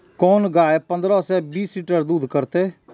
कोन गाय पंद्रह से बीस लीटर दूध करते?